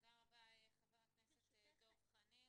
תודה רבה, חבר הכנסת דב חנין.